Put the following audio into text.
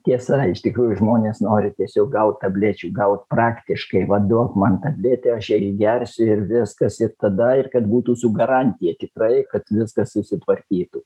tiesa iš tikrųjų žmonės nori tiesiog gal tablečių gal praktiškai vanduo man kalbėti aš jei jį gersiu ir viskas ir tada ir kad būtų su garantija tikrai kad viskas susitvarkytų